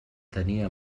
tenia